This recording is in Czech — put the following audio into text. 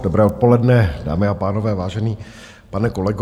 Dobré odpoledne, dámy a pánové, vážený pane kolego...